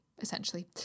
essentially